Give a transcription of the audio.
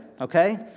okay